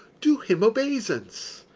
do him obeisance.